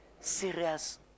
serious